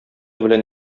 белән